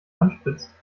anspitzt